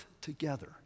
together